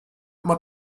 man